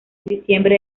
diciembre